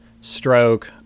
stroke